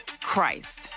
Christ